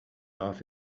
off